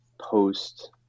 post